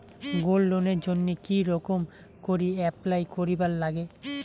Gold লোনের জইন্যে কি রকম করি অ্যাপ্লাই করিবার লাগে?